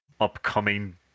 upcoming